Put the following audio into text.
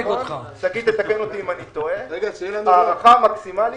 שגית תתקן אותי אם אני טועה ההערכה המקסימלית,